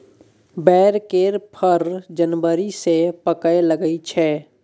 बैर केर फर जनबरी सँ पाकय लगै छै